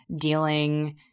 dealing